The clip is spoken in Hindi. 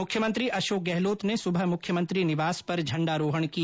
मुख्यमंत्री अशोक गहलोत ने सुबह मुख्यमंत्री निवास पर झण्डारोहण किया